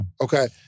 Okay